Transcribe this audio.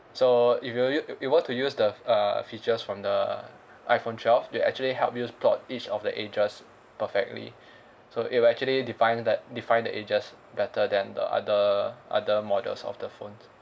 so if you u~ it were to use the err features from the iphone twelve it actually help you plot each of the edges perfectly so it will actually define that define the edges better than the other other models of the phone